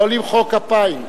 לא למחוא כפיים.